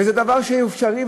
וזה דבר שהוא אפשרי,